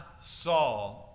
saw